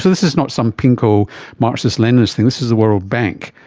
this is not some pinko-marxist-leninist thing, this was the world bank.